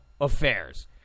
affairs